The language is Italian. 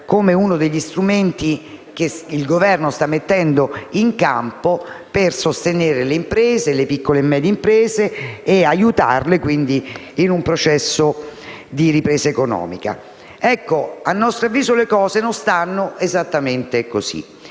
come uno degli strumenti che il Governo sta mettendo in campo per sostenere le piccole e medie imprese e aiutarle in un processo di ripresa economica, ma a nostro avviso le cose non stanno esattamente così